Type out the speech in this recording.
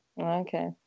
Okay